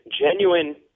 genuine –